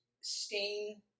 Stain